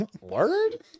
Word